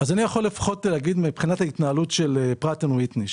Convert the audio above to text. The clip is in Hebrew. אני לא רואה התנהגות מחשידה של חברת פראט אנד ויטני,